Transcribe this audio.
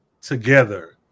together